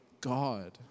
God